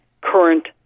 current